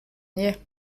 niais